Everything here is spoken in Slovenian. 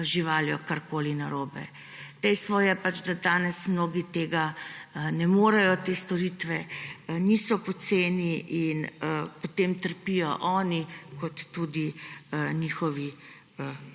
živaljo karkoli narobe. Dejstvo je, da danes mnogi tega ne morejo, te storitve niso poceni in potem trpijo oni in tudi njihovi,